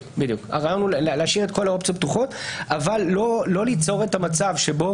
הרעיון הוא להשאיר את כל האופציות פתוחות אבל לא ליצור את המצב שבו